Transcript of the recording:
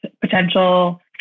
potential